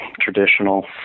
traditional